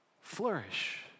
flourish